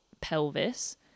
pelvis